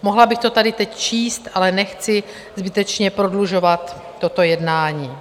Mohla bych to tady teď číst, ale nechci zbytečně prodlužovat toto jednání.